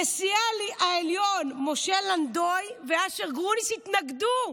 נשיאי העליון משה לנדוי ואשר גרוניס התנגדו.